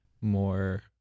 more